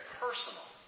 personal